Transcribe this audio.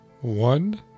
one